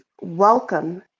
welcome